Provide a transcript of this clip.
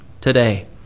today